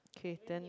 okay then